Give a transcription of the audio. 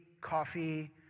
coffee